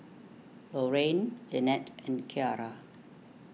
Lorraine Lynnette and Keara